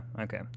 okay